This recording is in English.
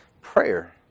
Prayer